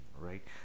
right